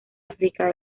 áfrica